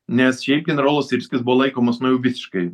nes šiaip generolas svirskis buvo laikomas nu jau visiškai